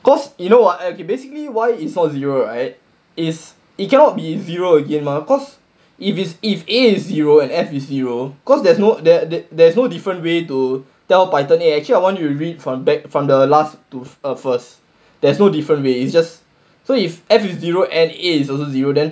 because you know ah okay basically why it's not zero right is it cannot be zero again mah because if it's if A is zero and F is zero because there's no there there is no different way to tell python eh actually I want you to read from back to front from the last to first there's no different way it's just so if F is zero and A is also zero then